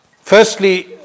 Firstly